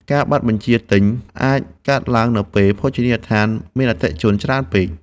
ការបាត់បញ្ជាទិញអាចកើតឡើងនៅពេលភោជនីយដ្ឋានមានអតិថិជនច្រើនពេក។